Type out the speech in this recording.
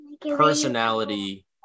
personality